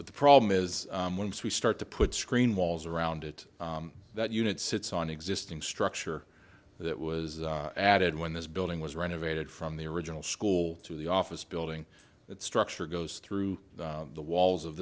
but the problem is once we start to put screen walls around it that unit sits on existing structure that was added when this building was renovated from the original school to the office building its structure goes through the walls of